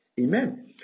Amen